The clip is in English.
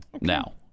now